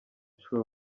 show